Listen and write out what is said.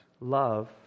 Love